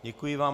Děkuji vám.